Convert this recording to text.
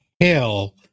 hell